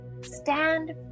Stand